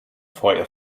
feuer